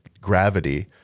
gravity